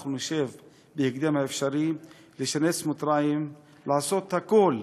שאנחנו נשב בהקדם האפשרי ונשנס מותניים לעשות הכול